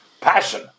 passion